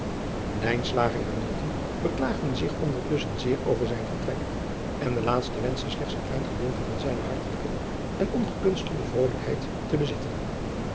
en beklaagden zich ondertusschen zeer over zijn vertrek en de laatste wenschte slechts een klein gedeelte van zijne hartelijke en ongekunstelde vrolijkheid te bezitten